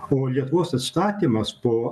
o lietuvos atstatymas po